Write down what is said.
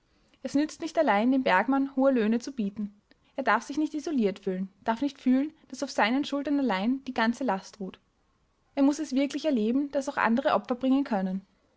es nützt nicht allein dem bergmann hohe löhne zu bieten er darf sich nicht isoliert fühlen darf nicht fühlen daß auf seinen schultern allein die ganze last ruht er muß es wirklich erleben daß auch andere opfer bringen können